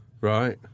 Right